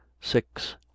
six